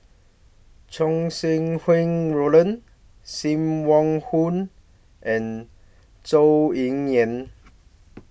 Chow Sau Hui Roland SIM Wong Hoo and Zhou Ying Yan